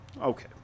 Okay